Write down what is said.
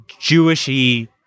jewishy